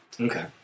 Okay